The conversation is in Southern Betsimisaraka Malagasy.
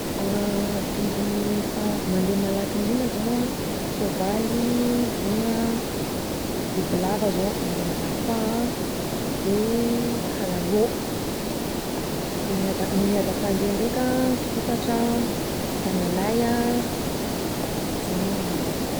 Biby fantako mandeha malaky indrindra zao an, soavaly, liona, bibilava zao mandeha malaky koa an, de kalalao, de miada- ny miadam-pandeha ndreka an, sokatra an tanalahy an zany mi angamba ny fantako.